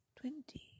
twenty